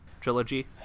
trilogy